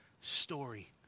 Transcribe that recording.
story